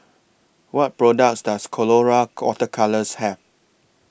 What products Does Colora Water Colours Have